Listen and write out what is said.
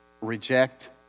reject